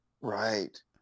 Right